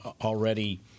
already